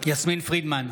יסמין פרידמן,